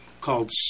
called